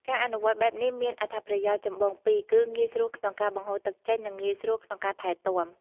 ការអនុវត្តបែបនេះមានអត្ថប្រយោជន៍ចម្បងពីរគឺ ងាយស្រួលក្នុងការបង្ហូរទឹកចេញ និងងាយស្រួលក្នុងការថែទាំ។